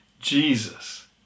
Jesus